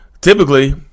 Typically